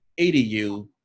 ADU